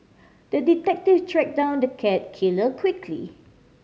the detective tracked down the cat killer quickly